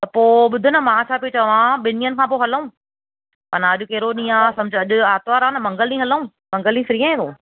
त पोइ ॿुध न मां छा पेई चवां ॿिनि ॾींहंनि खां पोइ हलूं माना अॼु कहिड़ो ॾींहुं आहे सम्झु अॼु आरितवारु आहे न मंगल ॾीहुं हलूं न मंगल ॾींहुं फ्री आहीं तूं